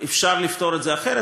אפשר לפתור את זה אחרת.